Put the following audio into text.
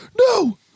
no